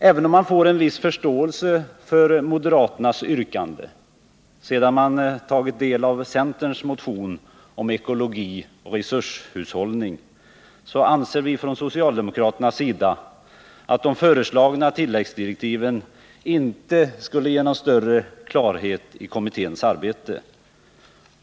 Även om man kan ha viss förståelse för moderaternas yrkande sedan man tagit del av centerns motion om ekologi och resurshushållning, anser vi från socialdemokraternas sida att de föreslagna tilläggsdirektiven inte skulle ge någon större klarhet i kommitténs arbete.